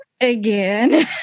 again